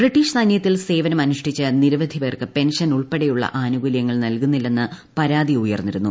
British സൈന്യത്തിൽ സേവനമനുഷ്ഠിച്ചു നിരവധി പേർക്ക് പെൻഷൻ ഉൾപ്പെടെയുള്ള ആനുകൂല്യങ്ങൾ നൽകുന്നില്ലെന്ന് പരാതി ഉയർന്നിരുന്നു